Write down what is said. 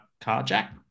carjack